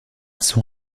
son